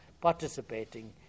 participating